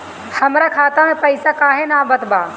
हमरा खाता में पइसा काहे ना आवत बा?